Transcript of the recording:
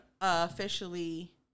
officially